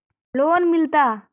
Loan मिलता?